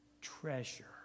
treasure